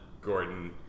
Gordon